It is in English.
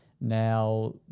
Now